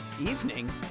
Evening